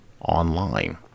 online